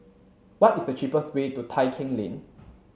what is the cheapest way to Tai Keng Lane